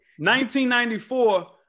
1994